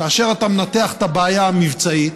כאשר אתה מנתח את הבעיה המבצעית,